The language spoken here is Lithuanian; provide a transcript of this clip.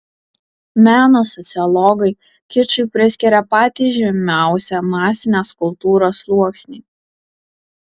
meno sociologai kičui priskiria patį žemiausią masinės kultūros sluoksnį